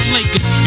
Lakers